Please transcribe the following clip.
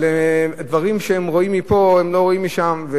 אבל דברים שהם רואים מפה הם לא רואים משם.